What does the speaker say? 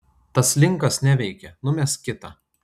tas linkas neveikia numesk kitą